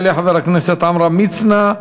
יעלה חבר הכנסת עמרם מצנע,